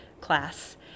class